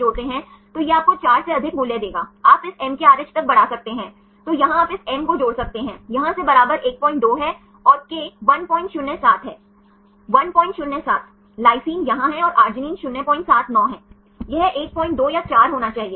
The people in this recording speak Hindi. NH और CO के बीच पर i और i 4 बांड और वे इस मामले में हेलिकल आकार की तरह हैं रोटेशन बहुत प्रतिबंधित है क्योंकि यदि आप अधिक स्वचालित घुमाते हैं तो यह एक स्टेरिक क्लैश बना देगा